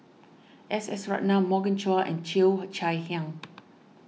S S Ratnam Morgan Chua and Cheo Chai Hiang